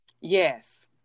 Yes